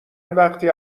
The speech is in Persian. وقتی